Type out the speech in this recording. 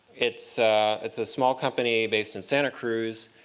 it's it's a small company based in santa cruz,